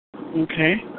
Okay